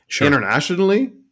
Internationally